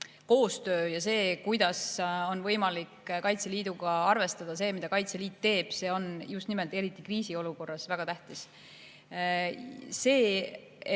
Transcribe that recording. koostöö ja see, kuidas on võimalik Kaitseliiduga arvestada, see, mida Kaitseliit teeb, on just nimelt eriti kriisiolukorras väga tähtis. Selles, et